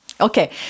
Okay